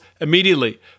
immediately